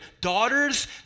daughters